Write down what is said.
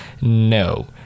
no